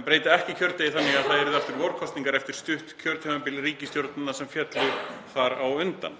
en breyta ekki kjördegi þannig að það yrðu aftur vorkosningar eftir stutt kjörtímabil ríkisstjórnarinnar sem féll þar á undan.